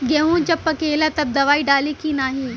गेहूँ जब पकेला तब दवाई डाली की नाही?